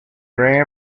ran